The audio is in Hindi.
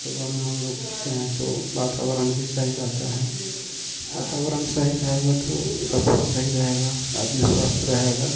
सुबह में हम लोग उठते हैं तो वातावरण भी सही रहता है वातावरण सही रहेगा तो सब कुछ सही रहेगा आदमी स्वस्थ रहेगा